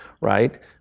right